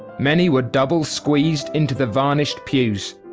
many were double squeezed into the varnished pews.